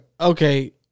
okay